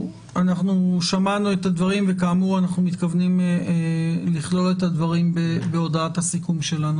אנחנו מתכוונים לכלול את הדברים בהודעת הסיכום שלנו.